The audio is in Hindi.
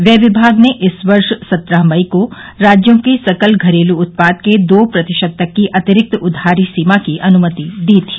व्यय विभाग ने इस वर्ष सत्रह मई को राज्यों के सकल घरेलू उत्पाद के दो प्रतिशत तक की अतिरिक्त उधारी सीमा की अनुमति दी थी